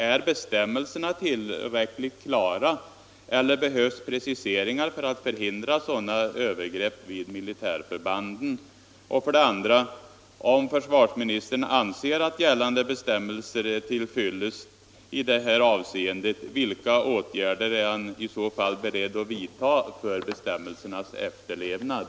Är bestämmelserna tillräckligt klara eller behövs preciseringar för att förhindra sådana övergrepp vid de militära förbanden? 2. Om försvarsministern anser att gällande bestämmelser är till fyllest, vilka åtgärder är han i så fall beredd att vidta för bestämmelsernas efterlevnad?